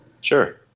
Sure